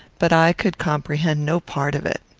but i could comprehend no part of it.